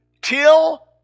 till